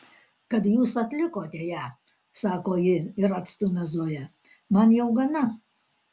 kad jūs atlikote ją sako ji ir atstumia zoją man jau gana